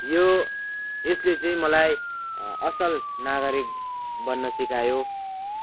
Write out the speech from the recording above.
यो यसले चाहिँ मलाई असल नागरिक बन्न सिकायो